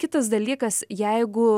kitas dalykas jeigu